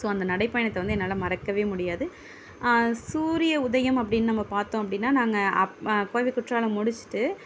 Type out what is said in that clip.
so அந்த நடைப்பயணத்தை வந்து என்னால் மறக்கவே முடியாது சூரிய உதயம் அப்படின் நம்ம பார்த்தோம் அப்படின்னா நாங்கள் அப் கோவை குற்றாலம் முடித்துட்டு